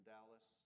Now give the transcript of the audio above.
Dallas